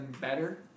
better